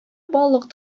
балык